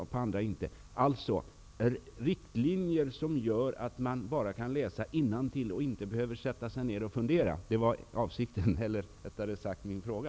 Det behövs alltså riktlinjer som gör att det räcker med att läsa innantill och att man inte behöver fundera.